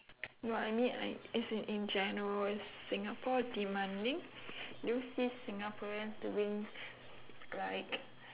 no I mean I as in in general is singapore demanding do you see singaporeans doing like